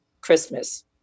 Christmas